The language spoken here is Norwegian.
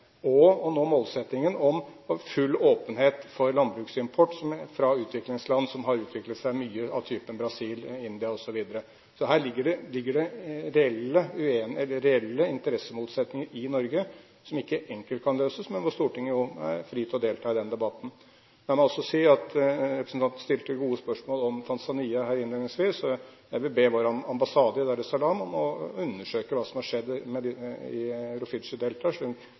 og å nå målsettingen om full åpenhet for landbruksimport fra utviklingsland som har utviklet seg mye, av typen Brasil, India, osv. Her ligger det reelle interessemotsetninger i Norge, som ikke enkelt kan løses, men som Stortinget står fritt til å delta i debatten om. Jeg må også si at representanten stilte gode spørsmål om Tanzania innledningsvis, og jeg vil be vår ambassade i Dar-es-Salaam om å undersøke hva som har skjedd i Rufiji-deltaet, det som kom fram i